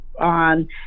on